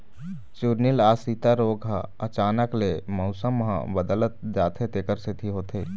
चूर्निल आसिता रोग ह अचानक ले मउसम ह बदलत जाथे तेखर सेती होथे